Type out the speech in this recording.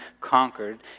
conquered